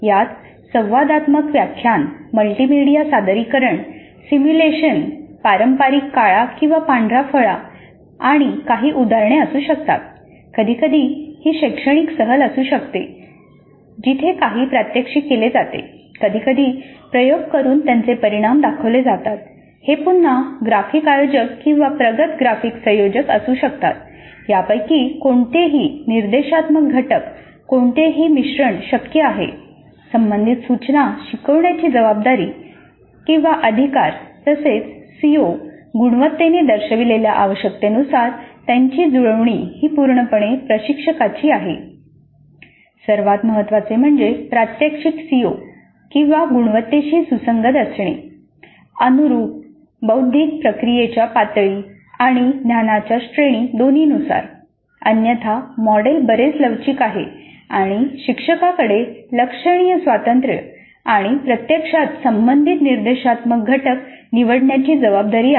यात संवादात्मक व्याख्यान मल्टीमीडिया सादरीकरण सिम्युलेशन अन्यथा मॉडेल बरेच लवचिक आहे आणि शिक्षकाकडे लक्षणीय स्वातंत्र्य आणि प्रत्यक्षात संबंधित निर्देशात्मक घटक निवडण्याची जबाबदारी आहे